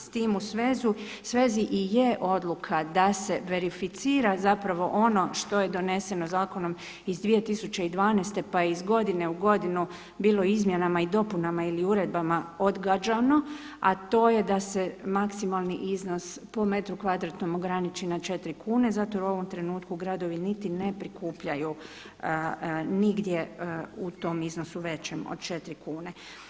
S tim u svezi i je odluka da se verificira zapravo ono što je doneseno zakonom iz 2012. pa je iz godine u godinu bilo u izmjenama i dopunama ili uredbama odgađano, a to je da se maksimalni iznos po metru kvadratnom ograniči na četiri kune zato jer u ovom trenutku gradovi niti ne prikupljaju nigdje u tom iznosu većem od 4 kune.